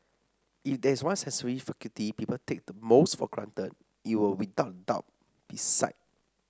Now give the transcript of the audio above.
if there is one sensory faculty people take the most for granted it would without a doubt be sight